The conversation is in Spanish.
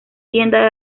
tienda